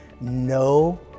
no